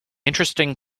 interesting